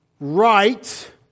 right